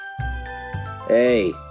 Hey